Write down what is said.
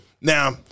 Now